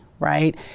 right